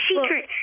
secret